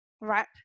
Right